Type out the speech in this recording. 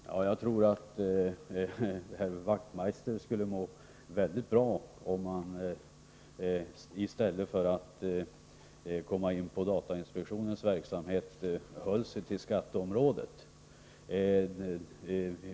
Herr talman! Jag tror att herr Wachtmeister skulle må väldigt bra om han i stället för att komma in på datainspektionens verksamhet höll sig till skatteområdet.